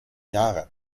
jahre